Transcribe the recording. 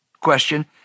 question